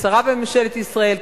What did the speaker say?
כשרה בממשלת ישראל,